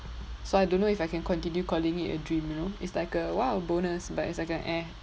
so I don't know if I can continue calling it a dream now it's like a !wah! bonus it's like a eh